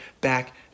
back